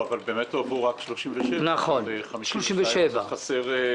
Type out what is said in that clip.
באמת הועברו רק 36 וחסר למעלה מ-15 מיליון.